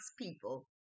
people